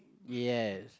yes